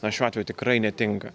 na šiuo atveju tikrai netinka